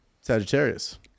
Sagittarius